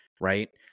right